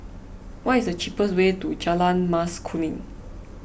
what is the cheapest way to Jalan Mas Kuning